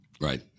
Right